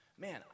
Man